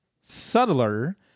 subtler